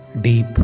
deep